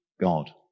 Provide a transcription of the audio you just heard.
God